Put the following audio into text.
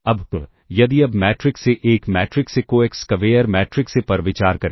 अब यदि अब मैट्रिक्स ए एक मैट्रिक्स ए को एक स्क्वेयर मैट्रिक्स ए पर विचार करें